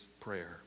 prayer